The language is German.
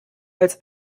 als